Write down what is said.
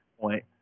point